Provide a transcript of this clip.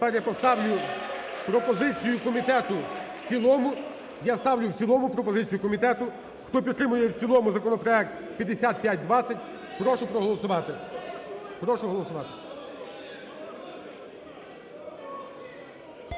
Тепер я поставлю пропозицію комітету в цілому. Я ставлю в цілому пропозицію комітету. Хто підтримує в цілому законопроект 5520, прошу проголосувати. Прошу голосувати.